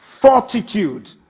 fortitude